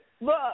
look